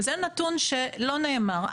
וזה נתון שלא נאמר.